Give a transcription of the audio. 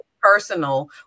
personal